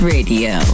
Radio